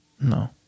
No